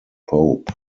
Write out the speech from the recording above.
pope